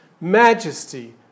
majesty